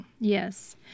Yes